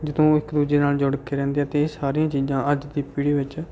ਜਦੋਂ ਇੱਕ ਦੂਜੇ ਨਾਲ ਜੁੜ ਕੇ ਰਹਿੰਦੇ ਆ ਤਾਂ ਇਹ ਸਾਰੀਆਂ ਚੀਜ਼ਾਂ ਅੱਜ ਦੀ ਪੀੜ੍ਹੀ ਵਿੱਚ